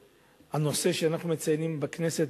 שהנושא שאנחנו מציינים היום בכנסת,